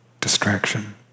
distraction